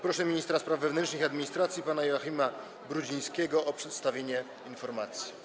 Proszę ministra spraw wewnętrznych i administracji pana Joachima Brudzińskiego o przedstawienie informacji.